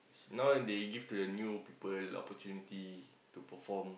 now they give to the new people opportunity to perform